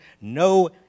no